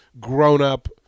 grown-up